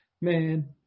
man